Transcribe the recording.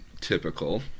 typical